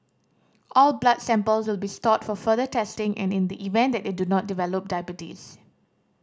all blood samples will be stored for further testing and in the event that they do not develop diabetes